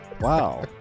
Wow